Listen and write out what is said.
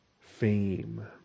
fame